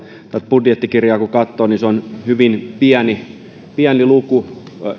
budjettikirjaa kun katsoo niin se on hyvin pieni pieni luku